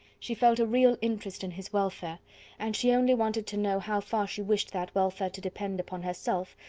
she felt a real interest in his welfare and she only wanted to know how far she wished that welfare to depend upon herself,